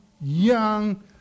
young